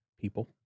people